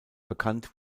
bekannt